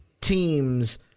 teams